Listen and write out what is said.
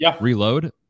reload